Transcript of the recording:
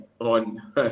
on